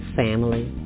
family